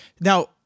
Now